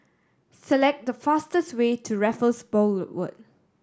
select the fastest way to Raffles Boulevard